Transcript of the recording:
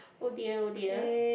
oh dear oh dear